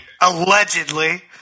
Allegedly